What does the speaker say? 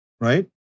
right